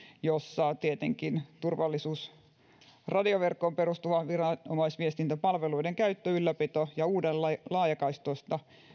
johon kuuluvat tietenkin turvallisuusradioverkkoon perustuva viranomaisviestintäpalveluiden käyttö ylläpito ja uuden laajakaistaisen